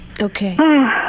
Okay